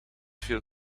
veel